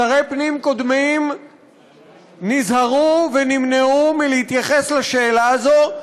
שרי פנים קודמים נזהרו ונמנעו מלהתייחס לשאלה הזאת,